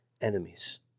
enemies